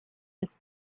his